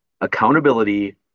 accountability